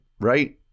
Right